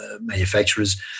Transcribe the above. manufacturers